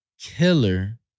killer